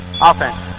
Offense